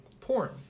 porn